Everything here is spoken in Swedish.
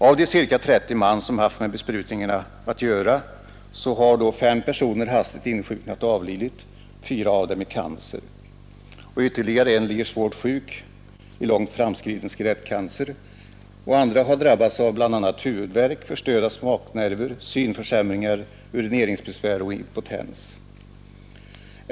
Av de ca 30 man som haft med besprutningarna att göra hade fem personer hastigt insjuknat och avlidit, fyra av dem i cancer. Ytterligare en låg svårt sjuk i långt framskriden skelettcancer. Andra hade drabbats av bla. huvudvärk, förstörda smaknerver, synförsämringar, urineringsbesvär och impotens.